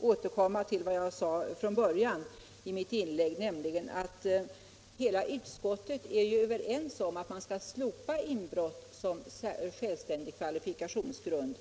återkomma till vad jag sade i mitt första inlägg, nämligen att hela utskottet är ense om att man skall slopa inbrott som självständig kvalifikationsgrund.